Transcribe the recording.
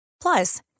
Plus